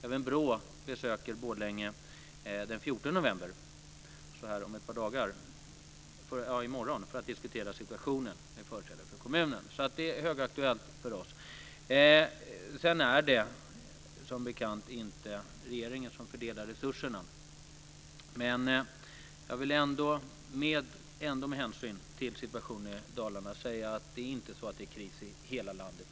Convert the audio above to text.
Även BRÅ besöker Borlänge, i morgon, för att diskutera situationen med företrädare för kommunen. Så detta är högaktuellt för oss. Sedan är det som bekant inte regeringen som fördelar resurserna. Men jag vill ändå med hänsyn till situationen i Dalarna säga att det inte är kris inom polisen i hela landet.